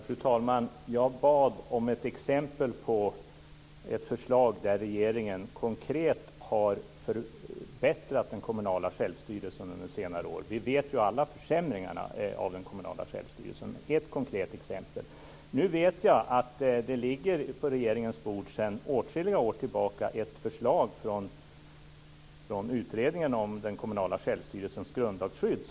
Fru talman! Jag bad om ett exempel på ett förslag där regeringen konkret har förbättrat den kommunala självstyrelsen under senare år. Vi vet ju alla vilka försämringarna av den kommunala självstyrelsen är. Jag skulle vilja ha ett konkret exempel. Nu vet jag att det sedan åtskilliga år tillbaka ligger ett förslag på regeringens bord från utredningen om den kommunala självstyrelsens grundlagsskydd.